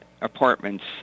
apartments